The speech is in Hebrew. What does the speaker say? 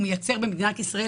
הוא מייצר במדינת ישראל,